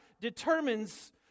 determines